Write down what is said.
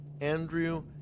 Andrew